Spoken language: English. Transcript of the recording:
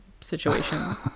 situations